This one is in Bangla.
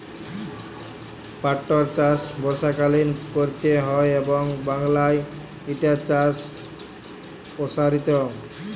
পাটটর চাষ বর্ষাকালীন ক্যরতে হয় এবং বাংলায় ইটার চাষ পরসারিত